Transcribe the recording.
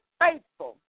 faithful